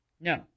No